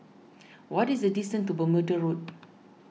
what is the distance to Bermuda Road